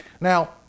Now